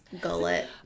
gullet